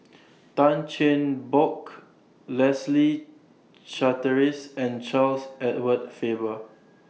Tan Cheng Bock Leslie Charteris and Charles Edward Faber